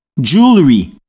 jewelry